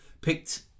Picked